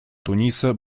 туниса